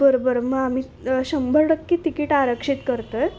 बरं बरं मग आम्ही शंभर टक्के तिकीट आरक्षित करतो आहे